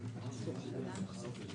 איזה נתונים לא העברנו?